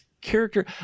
character